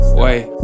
wait